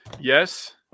Yes